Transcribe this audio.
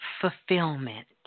fulfillment